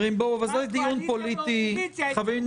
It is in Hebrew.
ואז הקואליציה והאופוזיציה --- חברים,